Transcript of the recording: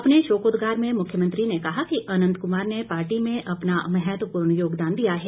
अपने शोकोद्गार में मुख्यमंत्री ने कहा कि अंनत कुमार ने पार्टी में अपना महत्वपूर्ण योगदान दिया है